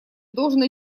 должен